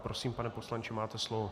Prosím, pane poslanče, máte slovo.